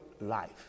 life